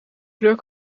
kleur